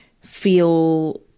feel